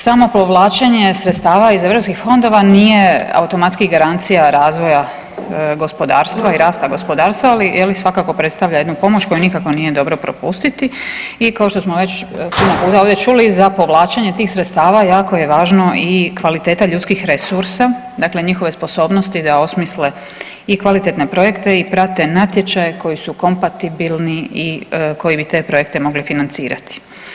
Samo povlačenje sredstava europskih fondova nije automatski garancija razvoja gospodarstva i rasta gospodarstva ali svakako predstavlja jednu pomoć koju nikako nije dobro propustiti i kao što smo već odavde čuli, za povlačenje tih sredstava jako je važno i kvaliteta ljudskih resursa, dakle njihove sposobnosti da osmisle i kvalitetne projekte i prate natječaje koji su kompatibilni i koji bi te projekte mogli financirati.